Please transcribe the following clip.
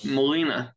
Melina